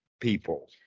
people